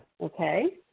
Okay